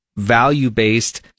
value-based